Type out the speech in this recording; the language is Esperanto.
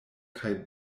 kaj